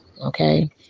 okay